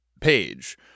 page